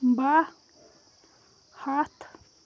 باہہ ہَتھ